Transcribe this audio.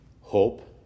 hope